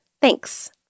Thanks